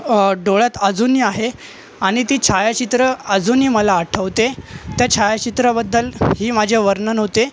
डोळ्यात अजूनही आहे आणि ती छायाचित्रं अजूनही मला आठवते त्या छायाचित्राबद्दल ही माझे वर्णन होते